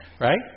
Right